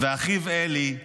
ואחיו אלי,